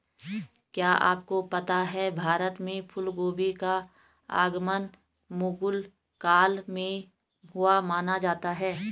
क्या आपको पता है भारत में फूलगोभी का आगमन मुगल काल में हुआ माना जाता है?